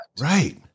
right